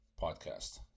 Podcast